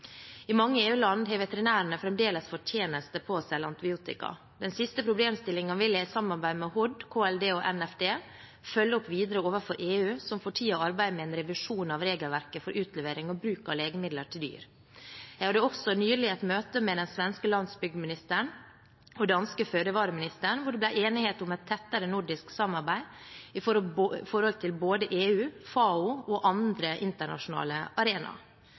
I mange EU-land har veterinærene fremdeles fortjeneste på å selge antibiotika. Den siste problemstillingen vil jeg i samarbeid med Helse- og omsorgsdepartementet, Klima- og miljødepartementet og Nærings- og fiskeridepartementet følge opp videre overfor EU, som for tiden arbeider med en revisjon av regelverket for utlevering og bruk av legemidler til dyr. Jeg hadde også nylig et møte med den svenske landsbygdministeren og den danske fødevareministeren hvor det ble enighet om et tettere nordisk samarbeid i forhold til både EU, FAO og andre internasjonale arenaer.